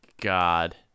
God